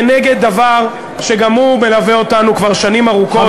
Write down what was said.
כנגד דבר שגם הוא מלווה אותנו שנים ארוכות.